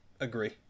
Agree